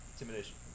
Intimidation